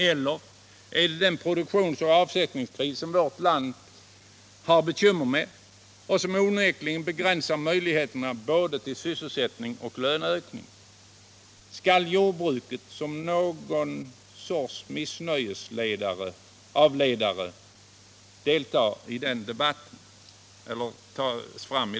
Eller beror det på den produktionsoch avsättningskris som vårt land har bekymmer med och som onekligen begränsar möjligheterna till både sysselsättning och löneökning? Skall jordbruket fungera som någon sorts missnöjesavledare i den debatten?